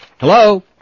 Hello